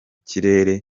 kirere